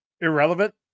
irrelevant